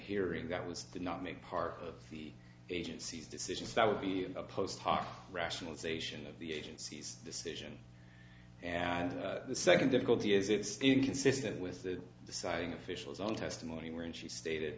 hearing that was did not make part of the agency's decisions that would be a post hoc rationalization of the agency's decision and the second difficulty is it's inconsistent with the citing officials on testimony wherein she stated